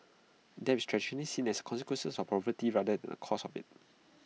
debt is traditionally seen as A consequence of poverty rather than A cause of IT